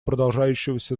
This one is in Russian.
продолжающегося